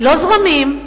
לא זרמים,